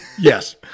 Yes